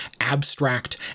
abstract